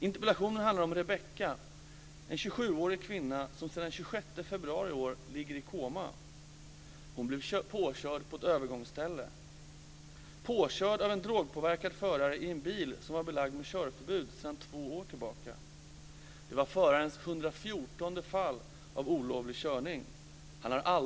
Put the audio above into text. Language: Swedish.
Interpellationen handlar om Rebecka, en 27-årig kvinna som sedan den 26 februari i år ligger i koma. Hon blev påkörd på ett övergångsställe, påkörd av en drogpåverkad förare i en bil som var belagd med körförbud sedan två år tillbaka.